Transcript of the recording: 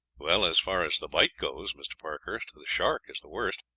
well, as far as the bite goes, mr. parkhurst, the shark is the worst.